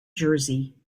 jersey